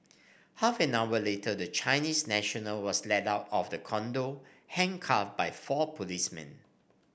half an hour later the Chinese national was led out of the condo handcuffed by four policemen